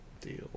deal